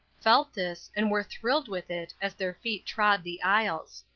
felt this and were thrilled with it as their feet trod the aisles.